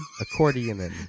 accordion